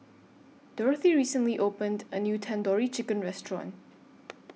Dorthy recently opened A New Tandoori Chicken Restaurant